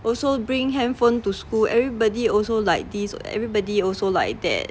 also bring handphone to school everybody also like this everybody also like that